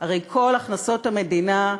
הרי כל הכנסות המדינה,